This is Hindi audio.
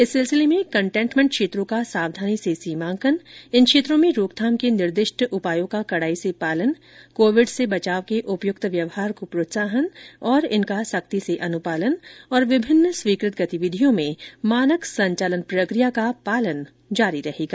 इस सिलसिले में कंटेनमेंट क्षेत्रों का सावधानी से सीमांकन इन क्षेत्रों में रोकथाम के निर्दिष्ट उपायों का कडाई से पालन कोविड से बचाव के उपयुक्त व्यवहार को प्रोत्साहन और इनका सख्ती से अनुपालन तथा विभिन्न स्वीकृत गतिविधियों में मानक संचालन प्रक्रिया का पालन जारी रहेगा